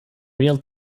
real